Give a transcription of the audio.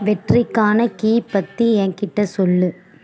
வெற்றிக்கான கீ பற்றி என் கிட்டே சொல்